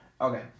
Okay